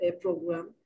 program